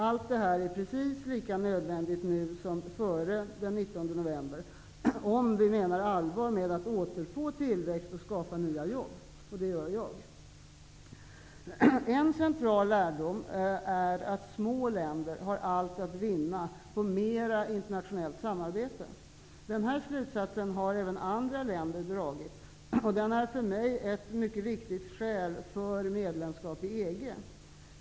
Allt det här är precis lika nödvändigt nu som före den 19 november, om vi menar allvar med att återfå tillväxt och skapa nya jobb -- och det gör jag. En central lärdom är att små länder har allt att vinna på mera internationellt samarbete. Den här slutsatsen har även andra länder dragit, och den är för mig ett mycket viktigt skäl för medlemskap i EG.